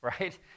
right